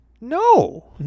No